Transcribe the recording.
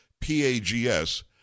P-A-G-S